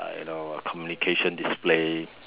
uh you know communication display